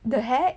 the heck